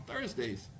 Thursdays